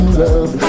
love